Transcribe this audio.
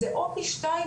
זה או פי שתיים,